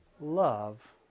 love